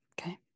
okay